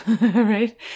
right